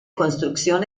construcción